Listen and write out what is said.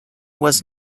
was